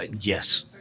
Yes